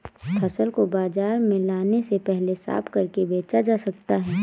फसल को बाजार में लाने से पहले साफ करके बेचा जा सकता है?